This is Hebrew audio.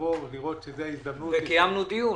וקיימנו דיון.